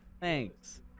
Thanks